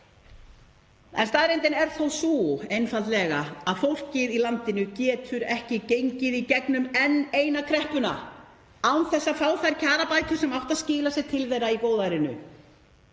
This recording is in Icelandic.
En staðreyndin er þó sú einfaldlega að fólkið í landinu getur ekki gengið í gegnum enn eina kreppuna án þess að fá þær kjarabætur sem áttu að skila sér til þess í góðærinu.